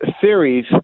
theories